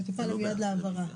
מטופל המיועד להעברה.